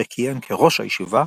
שכיהן כראש הישיבה,